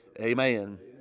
Amen